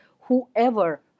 whoever